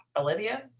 Olivia